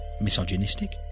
misogynistic